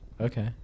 Okay